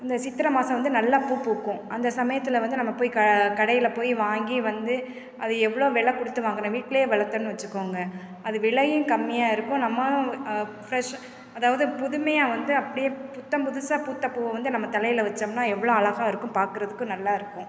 இந்த சித்திரை மாசம் வந்து நல்லா பூ பூக்கும் அந்த சமயத்தில் வந்து நம்ம போய் க கடையில் போய் வாங்கி வந்து அதை எவ்வளோ வில கொடுத்து வாங்குறோம் வீட்டிலே வளர்த்தன்னு வச்சிக்கோங்க அது விலையும் கம்மியாக இருக்கும் நம்ம ஃப்ரெஷ் அதாவது புதுமையாக வந்து அப்படியே புத்தம் புதுசாக பூத்த பூவை வந்து நம்ம தலையில் வச்சம்னா எவ்வளோ அழகாக இருக்கும் பார்க்கறதுக்கு நல்லா இருக்கும்